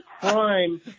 crime